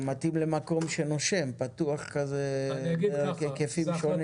זה מתאים למקום שנושם ופתוח בהיקפים שונים.